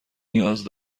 نیاز